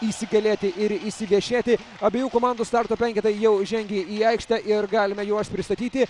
įsigalėti ir įsiviešėti abiejų komandų starto penketai jau įžengė į aikštę ir galime juos pristatyti